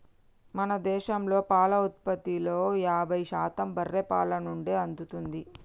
మన దేశంలో పాల ఉత్పత్తిలో యాభై శాతం బర్రే పాల నుండే అత్తుంది